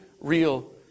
real